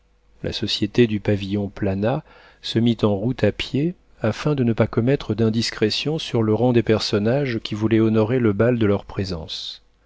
la société du pavillon planat se mit en route à pied afin de ne pas commettre d'indiscrétion sur le rang des personnages qui voulaient honorer le bal de leur présence